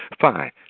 fine